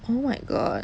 oh my god